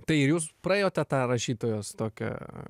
tai ir jūs praėjote tą rašytojos tokia